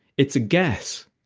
it's a guess.